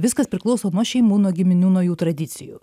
viskas priklauso nuo šeimų nuo giminių nuo jų tradicijų